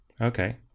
Okay